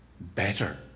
better